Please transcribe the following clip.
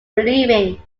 believing